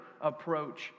approach